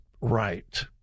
right